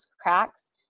cracks